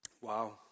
Wow